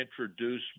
introduce